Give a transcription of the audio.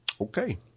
Okay